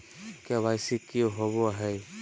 KYC की होबो है?